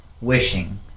wishing